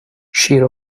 شیر